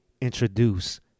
introduce